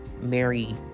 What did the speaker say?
Mary